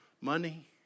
money